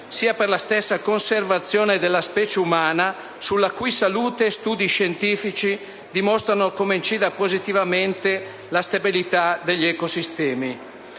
sia per la stessa conservazione della specie umana, sulla cui salute studi scientifici dimostrano come incida positivamente la stabilità degli ecosistemi.